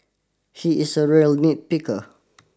he is a real nitpicker